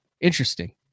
Interesting